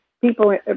people